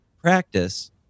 practice